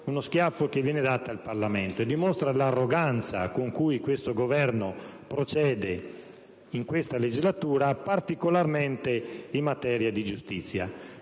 uno schiaffo che viene dato al Senato e al Parlamento, e dimostra l'arroganza con cui questo Governo procede in questa legislatura, particolarmente in materia di giustizia.